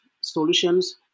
solutions